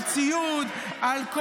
על ציוד,